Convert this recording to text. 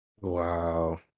Wow